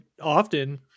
often